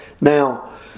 Now